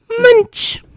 Munch